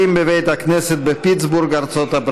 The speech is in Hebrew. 11033, 11036, 11037,